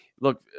Look